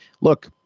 Look